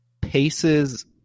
paces